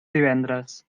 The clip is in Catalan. divendres